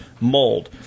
mold